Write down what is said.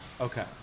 Okay